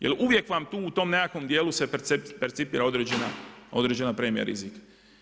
Jer uvijek vam tu u nekakvom dijelu, se percipira određena premija rizika.